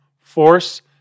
force